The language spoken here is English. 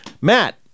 Matt